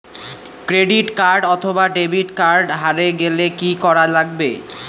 Credit card অথবা debit card হারে গেলে কি করা লাগবে?